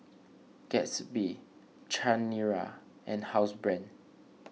Gatsby Chanira and Housebrand